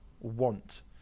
want